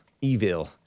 Evil